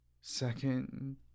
Second